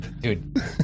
Dude